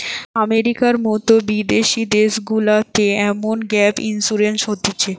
আমেরিকার মতো বিদেশি দেশগুলাতে এমন গ্যাপ ইন্সুরেন্স হতিছে